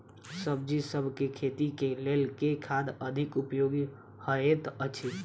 सब्जीसभ केँ खेती केँ लेल केँ खाद अधिक उपयोगी हएत अछि?